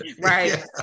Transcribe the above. right